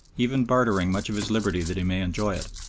even bartering much of his liberty that he may enjoy it.